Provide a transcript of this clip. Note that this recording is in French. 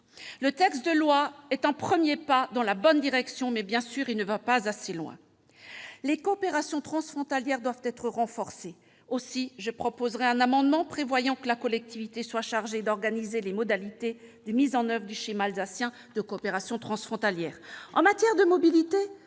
Le texte de loi est un premier pas dans la bonne direction. Mais il ne va évidemment pas assez loin. Les coopérations transfrontalières doivent être renforcées. Je proposerai donc un amendement tendant à ce que la collectivité soit chargée d'organiser les modalités de mise en oeuvre du schéma alsacien de coopération transfrontalière. En matière de mobilité,